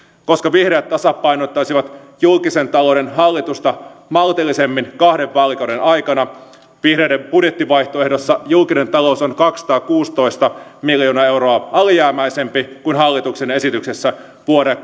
koska vihreät tasapainottaisivat julkisen talouden hallitusta maltillisemmin kahden vaalikauden aikana vihreiden budjettivaihtoehdossa julkinen talous on kaksisataakuusitoista miljoonaa euroa alijäämäisempi kuin hallituksen esityksessä vuodelle